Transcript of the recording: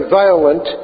violent